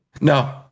No